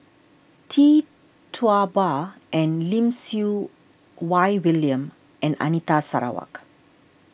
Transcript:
Tee Tua Ba and Lim Siew Wai William and Anita Sarawak